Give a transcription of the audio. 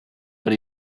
but